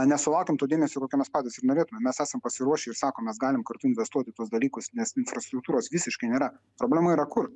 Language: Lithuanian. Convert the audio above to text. nesulaukiam to dėmesio kokio mes patys ir norėtumėm mes esam pasiruošę ir sakom mes galim kartu investuot į tuos dalykus nes infrastruktūros visiškai nėra problema yra kur